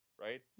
right